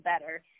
better